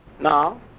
Now